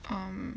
palm